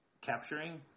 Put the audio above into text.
capturing –